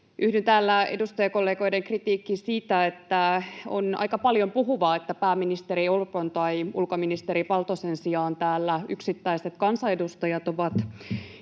Yhdyn täällä edustajakollegoiden kritiikkiin siitä, että on aika paljonpuhuvaa, että pääministeri Orpon tai ulkoministeri Valtosen sijaan täällä yksittäiset kansanedustajat ovat